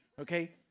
Okay